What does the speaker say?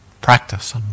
practice